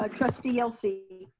ah trustee yelsey.